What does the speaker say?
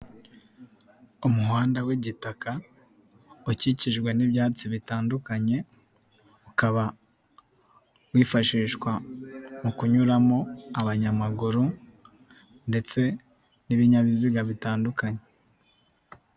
Umuhanda w'igitaka ukikijwe n'ibyatsi bitandukanye, ukaba wifashishwa mu kunyuramo abanyamaguru ndetse n'ibinyabiziga bitandukanye.